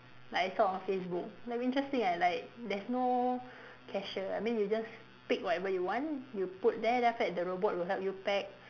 like I saw on Facebook like interesting ah like there's no cashier I mean you just pick whatever you want you put there then after that the robot will help you pack